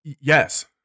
Yes